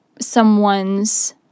someone's